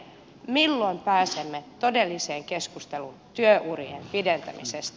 milloin pääsemme todelliseen keskusteluun työurien pidentämisestä